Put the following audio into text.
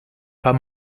pas